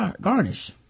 garnish